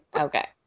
Okay